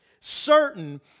certain